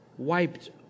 Wiped